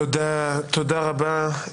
תודה רבה.